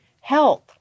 health